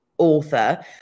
author